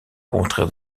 contraire